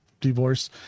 divorce